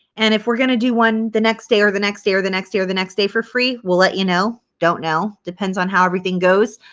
and if we're going to do one the next day or the next day or the next day or the next day for free, we'll let you know. don't know. depends on how everything goes.